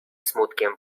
smutkiem